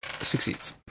succeeds